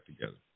together